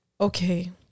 Okay